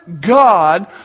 God